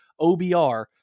OBR